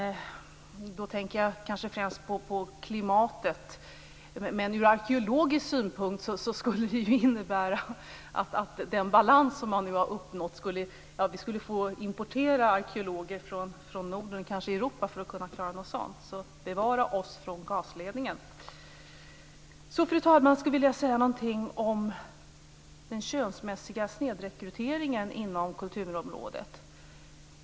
Jag tänker kanske främst på klimatet, men också ur arkeologisk synpunkt skulle det innebära att den balans som nu uppnåtts skulle rubbas. Vi skulle få importera arkeologer från Norden och kanske från hela Europa för att kunna klara av något sådant. Så bevare oss från gasledningen! Fru talman! Jag vill säga något om den könsmässiga snedrekryteringen inom kulturområdet.